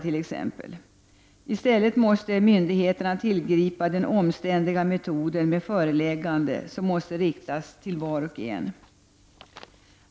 I stället måste myndigheterna tillgripa den omständliga metoden med föreläggande, som måste riktas till var och en.